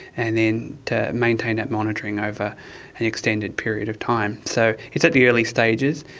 and then to maintain that monitoring over an extended period of time. so it's at the early stages.